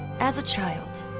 as a child,